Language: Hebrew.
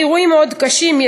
אירועים קשים מאוד.